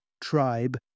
Tribe